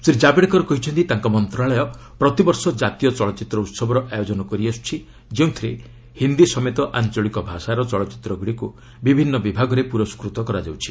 ଶ୍ରୀ ଜାଭଡେକର କହିଛନ୍ତି ତାଙ୍କ ମନ୍ତ୍ରଣାଳୟ ପ୍ରତିବର୍ଷ ଜାତୀୟ ଚଳଚ୍ଚିତ୍ର ଉତ୍ସବର ଆୟୋଜନ କରିଆସୁଛି ଯେଉଁଥିରେ ହିନ୍ଦୀ ସମେତ ଆଞ୍ଚଳିକ ଭାଷାର ଚଳଚ୍ଚିତ୍ରଗୁଡ଼ିକୁ ବିଭିନ୍ନ ବିଭାଗରେ ପୁରସ୍କୃତ କରାଯାଉଛି